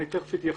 אני תיכף אתייחס.